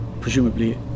presumably